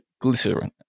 glycerin